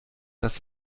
dass